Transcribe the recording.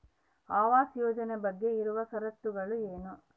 ಆವಾಸ್ ಯೋಜನೆ ಬಗ್ಗೆ ಇರುವ ಶರತ್ತುಗಳು ಏನು?